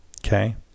Okay